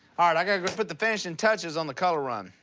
all right. i gotta go put the finishing touches on the color run.